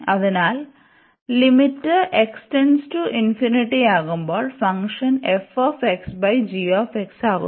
അതിനാൽ ലിമിറ്റ് ആകുമ്പോൾ ഫംഗ്ഷൻ ആകുന്നു